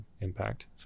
impact